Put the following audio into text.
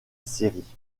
série